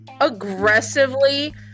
aggressively